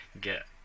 get